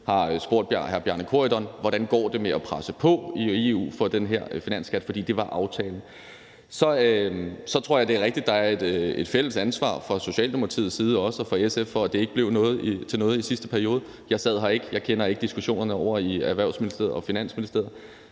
spurgte hr. Bjarne Corydon: Hvordan går det med at presse på i EU for den her finansskat? For det var aftalen. Så tror jeg, det er rigtigt, at der er et fælles ansvar både fra Socialdemokratiets side og fra SF's side for, at det ikke blev til noget i sidste periode. Jeg sad her ikke. Jeg kender ikke diskussionerne ovre i Erhvervsministeriet